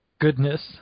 goodness